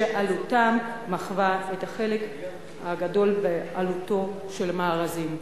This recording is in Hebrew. שעלותם היא חלק הארי בעלותם של המארזים.